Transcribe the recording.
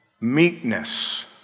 Meekness